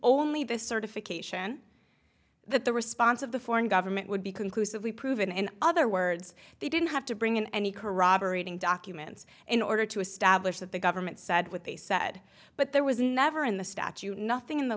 only the certification that the response of the foreign government would be conclusively proven in other words they didn't have to bring in any corroborating documents in order to establish that the government said what they said but there was never in the statue nothing in the